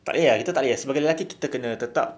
tak boleh ah kita tak boleh sebagai lelaki kita kena tetap